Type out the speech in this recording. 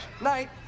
night